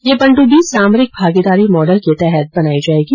ये पनडुब्बी सामरिक भागीदारी मॉडल के तहत बनायी जायेंगी